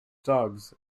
dogs